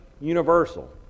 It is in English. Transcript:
universal